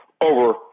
over